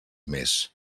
més